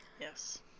Yes